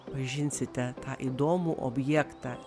pažinsite tą įdomų objektą